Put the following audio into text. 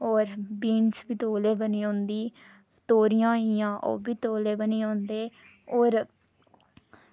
होर बीन्स बी तौले बनी जंदी तौरियां होइयां ओह्बी तौले बनी जंदे होर